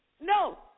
No